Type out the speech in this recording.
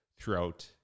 throughout